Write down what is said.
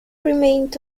remained